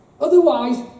Otherwise